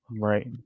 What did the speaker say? Right